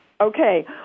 Okay